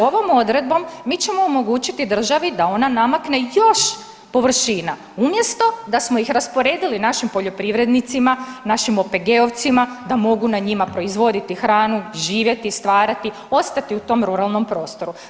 Ovom odredbom mi ćemo omogućiti državi da ona namakne još površina, umjesto da smo ih rasporedili našim poljoprivrednicima, našim OPG-ovcima da mogu na njima proizvoditi hranu, živjeti, stvarati, ostati u tom ruralnom prostoru.